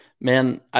Man